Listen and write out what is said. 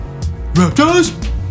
Raptors